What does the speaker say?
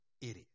idiot